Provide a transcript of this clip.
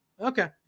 Okay